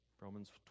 Romans